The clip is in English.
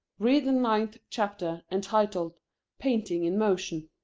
read the ninth chapter, entitled painting-in-motion.